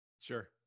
Sure